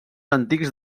antics